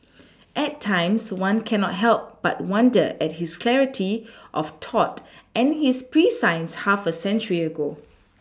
at times one cannot help but wonder at his clarity of thought and his prescience half a century ago